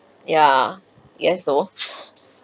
yeah guess so